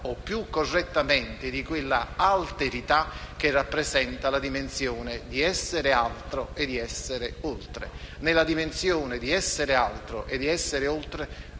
o, più correttamente, di quella alterità che rappresenta la dimensione di essere altro e oltre. Nella dimensione di essere altro e oltre